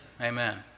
Amen